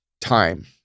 time